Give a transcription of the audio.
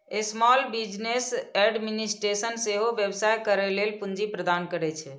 small business administration सेहो व्यवसाय करै लेल पूंजी प्रदान करै छै